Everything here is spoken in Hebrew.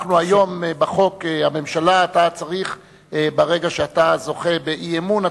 לפי החוק היום ברגע שאתה זוכה באי-אמון,